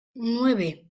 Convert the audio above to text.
nueve